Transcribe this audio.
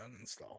uninstall